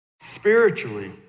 Spiritually